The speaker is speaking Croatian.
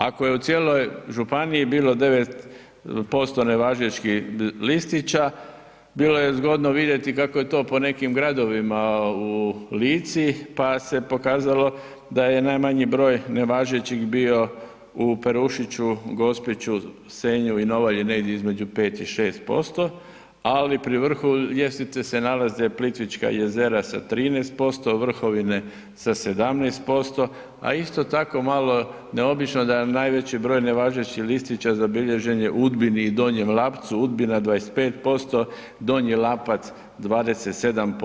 Ako je u cijeloj županiji bilo 9% nevažećih listića bilo je zgodno vidjeti kako je to po nekim gradovima u Lici pa se pokazalo da je najmanji broj nevažećih bio u Perušiću, Gospiću, Senju i Novalji negdje između 5 i 6% ali pri vrhu ljestvice se nalaze Plitvička jezera sa 13%, Vrhovine sa 17%, a isto tako malo neobično da najveći broj nevažećih listića zabilježen je u Udbini i Donjem Lapcu, Udbina 25%, Donji Lapac 27%